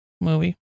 movie